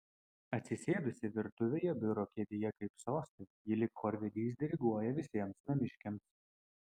atsisėdusi virtuvėje biuro kėdėje kaip soste ji lyg chorvedys diriguoja visiems namiškiams